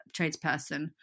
tradesperson